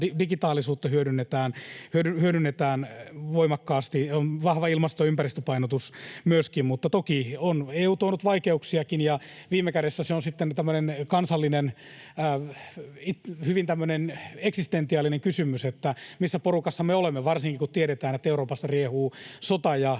digitaalisuutta hyödynnetään voimakkaasti, ja on vahva ilmasto-, ympäristöpainotus myöskin. Mutta toki on EU tuonut vaikeuksiakin, ja viime kädessä se on sitten tämmöinen kansallinen, hyvin tämmöinen eksistentiaalinen kysymys, missä porukassa me olemme, [Toimi Kankaanniemi: Natossa!] varsinkin kun tiedetään, että Euroopassa riehuu sota ja